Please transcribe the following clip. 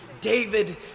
David